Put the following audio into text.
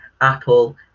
apple